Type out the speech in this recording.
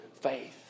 faith